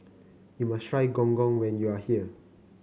you must try Gong Gong when you are here